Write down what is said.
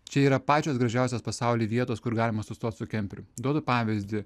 čia yra pačios gražiausios pasaulyje vietos kur galima sustot su kemperiu duodu pavyzdį